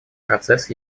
процесс